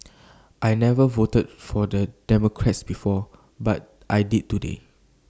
I never voted for the Democrat before but I did today